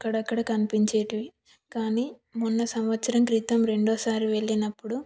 అక్కడక్కడ కనిపించేవి కానీ మొన్న సంవత్సరం క్రితం రెండో సారి వెళ్ళినప్పుడు